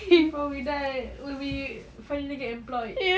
before we die when we finally get employed